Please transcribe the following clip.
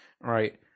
right